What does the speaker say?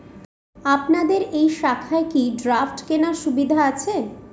আপনাদের এই শাখায় কি ড্রাফট কেনার সুবিধা আছে?